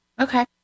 Okay